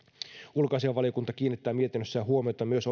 ulkoasiainvaliokunta kiinnittää mietinnössään huomiota myös